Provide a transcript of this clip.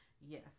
Yes